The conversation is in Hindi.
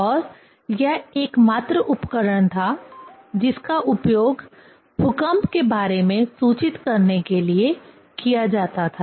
और यह एकमात्र उपकरण था जिसका उपयोग भूकंप के बारे में सूचित करने के लिए किया जाता था